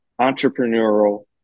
entrepreneurial